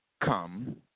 come